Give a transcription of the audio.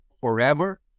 forever